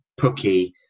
Pookie